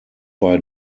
bei